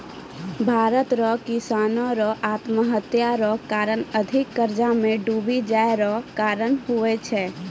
भारत रो किसानो रो आत्महत्या रो कारण अधिक कर्जा मे डुबी जाय रो कारण हुवै छै